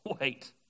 wait